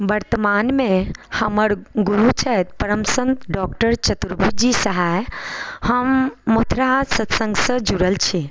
वर्तमानमे हमर गुरु छथि परम सन्त डॉक्टर चतुर्भुजजी सहाय हम मद्रास संघसँ जुड़ल छी